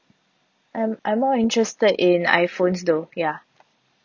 I'm I'm more interested in iphones though ya